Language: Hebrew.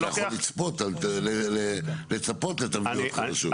אתה יכול לצפות לתבניות חדשות.